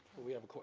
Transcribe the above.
we have a